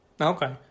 Okay